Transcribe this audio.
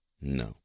No